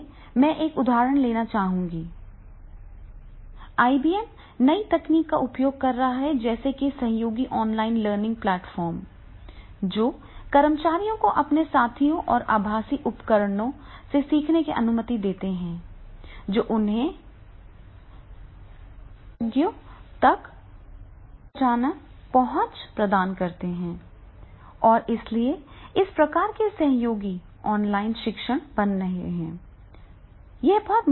अंत में मैं एक उदाहरण लेना चाहूंगा आईबीएम नई तकनीक का उपयोग कर रहा है जैसे कि सहयोगी ऑनलाइन लर्निंग प्लेटफ़ॉर्म जो कर्मचारियों को अपने साथियों और आभासी उपकरणों से सीखने की अनुमति देते हैं जो उन्हें विशेषज्ञों तक त्वरित पहुंच प्रदान करते हैं और इसलिए इस प्रकार का सहयोगी ऑनलाइन शिक्षण बन रहा है